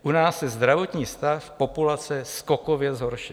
U nás se zdravotní stav populace skokově zhoršil.